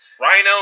Rhino